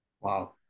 Wow